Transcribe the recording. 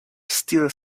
still